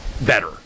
Better